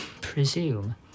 Presume